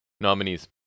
nominees